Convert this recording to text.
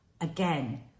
again